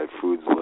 foods